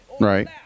Right